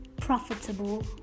profitable